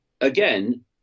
again